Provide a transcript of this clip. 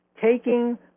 taking